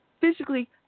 physically